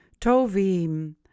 tovim